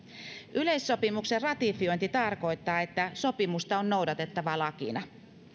yleissopimuksen ratifiointi tarkoittaa että sopimusta on noudatettava lakina